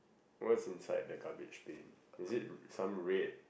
what's inside the garbage bin is it some red